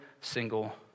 single